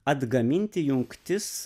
atgaminti jungtis